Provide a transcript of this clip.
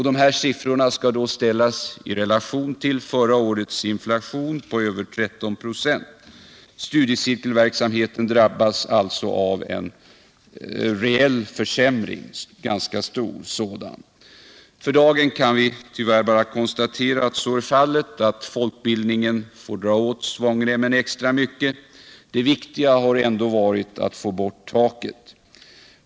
Dessa siffror skall ställas i relation till förra årets inflation på över 13 96. Studiecirkelverksamheten drabbas alltså av en ganska stor reell försämring. För dagen kan vi tyvärr bara konstatera att så är fallet och att folkbildningen får dra åt svångremmen extra mycket. Det viktigaste har ändå varit att få bort taket.